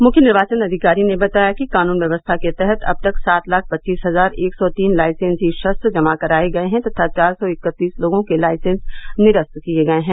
मुख्य निर्वाचन अधिकारी ने बताया कि कानून व्यवस्था के तहत अब तक सात लाख पच्चीस हजार एक सौ तीन लाइसेन्सी शस्त्र जमा कराये गये हैं तथा चार सौ इकत्तीस लोगों के लाइसेन्स निरस्त किये गये हैं